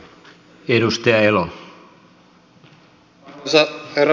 arvoisa herra puhemies